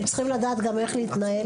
הם צריכים לדעת גם איך להתנהל.